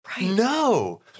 No